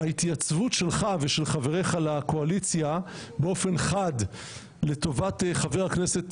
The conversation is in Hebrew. ההתייצבות שלך ושל חבריך לקואליציה באופן חד לטובת חבר הכנסת